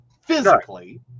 physically